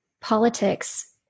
politics